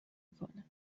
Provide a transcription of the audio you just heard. میکنه